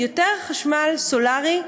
יותר חשמל סולרי,